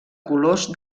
colors